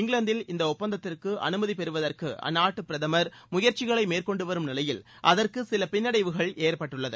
இங்கிலாந்தில் இந்த ஒப்பந்தத்திற்கு அனுமதி பெறுவதற்கு அந்நாட்டு பிரதமர் முயற்சிகளை மேற்கொண்டு வரும் நிலையில் அதற்கு சில பின்னடைவுகள் ஏற்பட்டுள்ளது